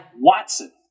Watson